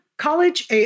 college